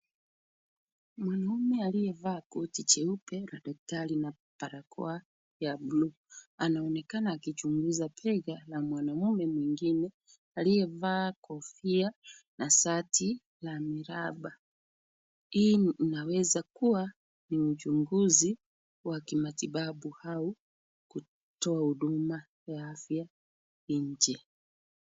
Mwanaume aliyevaa koti jeupe la daktari na barakoa ya buluu anaonekana akichunguza paja la mwanaume mwingine aliyevaa kofia na shati la miraba. Hii inaweza kuwa ni uchunguzi wa kimatibabu au kutoa huduma ya afya nje.